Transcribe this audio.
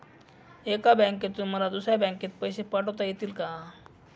एका बँकेतून मला दुसऱ्या बँकेत पैसे पाठवता येतील का?